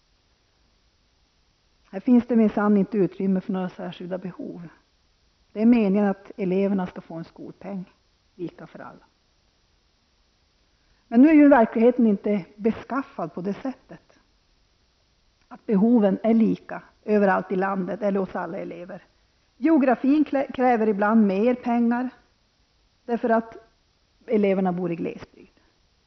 Här finns det minsann inte något utrymme för särskilda behov. Det är meningen att eleverna skall få en skolpeng som är lika för alla. Men verkligheten är inte så beskaffad att behoven är desamma överallt i landet eller hos alla elever. Geografin kräver ibland mer pengar till exempelvis elever i glesbygd.